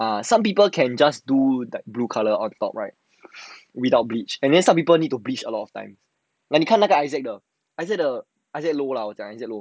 ah some people can just do that blue colour on top right without bleach and then some people need to bleach a lot of time like 你看那个 isaac 的 isaac 的 isaac